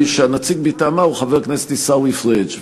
שהנציג מטעמה הוא חבר הכנסת עיסאווי פריג',